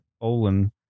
Olin